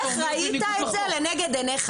איך ראית את זה לנגד עינייך?